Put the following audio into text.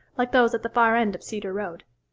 like those at the far end of cedar road.